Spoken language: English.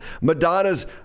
Madonna's